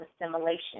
assimilation